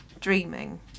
dreaming